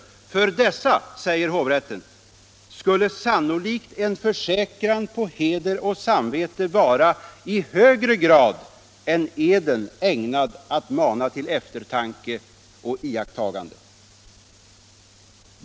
För dessa, säger hovrätten, skulle sannolikt en försäkran på heder och samvete vara i högre grad än eden ägnad att mana till eftertanke och iakttagande.